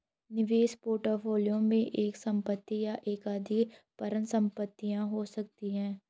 निवेश पोर्टफोलियो में एक एकल संपत्ति या एकाधिक परिसंपत्तियां हो सकती हैं